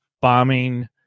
bombing